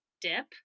dip